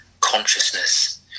consciousness